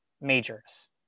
majors